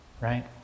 right